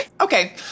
okay